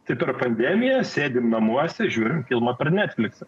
tikrą pandemiją sėdime namuose žiūrint filmą per netflix